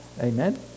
Amen